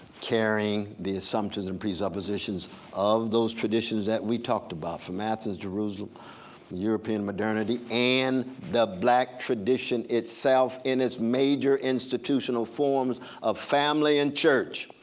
carrying the assumptions and presuppositions of those traditions that we talked about, from athens, jerusalem, and european modernity, and the black tradition itself in its major institutions forms of family and church.